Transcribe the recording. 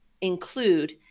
include